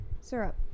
syrup